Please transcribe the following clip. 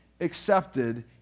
accepted